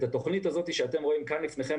התוכנית הזאת שאתם רואים כאן לפניכם,